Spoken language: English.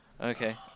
Okay